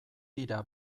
dira